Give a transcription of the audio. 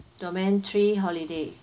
domain three holiday